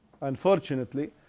unfortunately